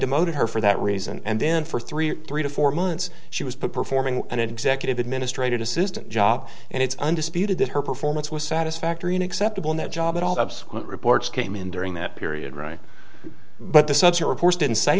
demoted her for that reason and then for three or three to four months she was performing an executive administrative assistant job and it's undisputed that her performance was satisfactory an acceptable in that job at all absent reports came in during that period right but the such reports didn't say